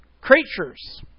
creatures